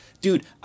Dude